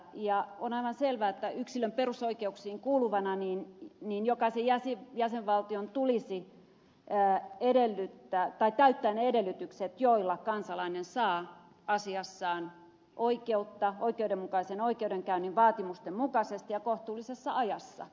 on aivan selvää että koska se kuuluu yksilön perusoikeuksiin kuuluvana niin niin joka sijaitsi jokaisen jäsenvaltion tulisi täyttää ne edellytykset joilla kansalainen saa asiassaan oikeutta oikeudenmukaisen oikeudenkäynnin vaatimusten mukaisesti ja kohtuullisessa ajassa